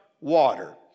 water